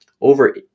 over